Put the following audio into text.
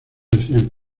decían